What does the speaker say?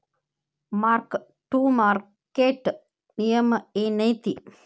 mark to market ನಿಯಮ ಏನೈತಿ